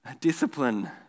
Discipline